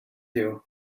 you